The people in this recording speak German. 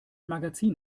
magazin